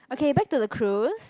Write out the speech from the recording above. okay back to the cruise